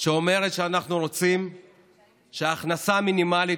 שאומרת שאנחנו רוצים שההכנסה המינימלית